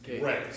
Right